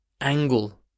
angle